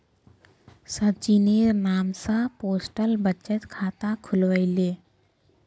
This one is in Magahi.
सचिनेर नाम स पोस्टल बचत खाता खुलवइ ले